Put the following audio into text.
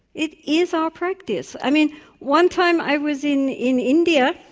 it is our practice. i mean one time i was in in india,